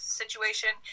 situation